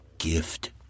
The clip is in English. gift